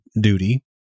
duty